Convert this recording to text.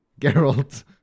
Geralt